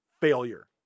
Failure